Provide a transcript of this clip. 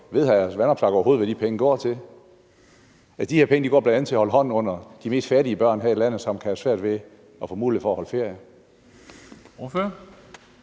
Ved hr. Alex Vanopslagh overhovedet, hvad de penge går til? De her penge går bl.a. til at holde hånden under de mest fattige børn her i landet, som har dårlige muligheder for at holde ferie. Kl.